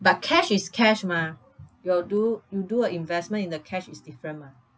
but cash is cash mah your do you do a investment in the cash is different mah